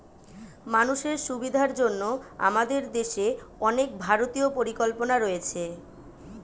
মানুষের সুবিধার জন্য আমাদের দেশে অনেক ভারতীয় পরিকল্পনা রয়েছে